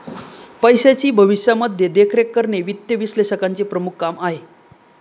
पैशाची भविष्यामध्ये देखरेख करणे वित्त विश्लेषकाचं प्रमुख काम आहे